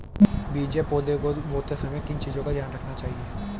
बीज या पौधे को बोते समय किन चीज़ों का ध्यान रखना चाहिए?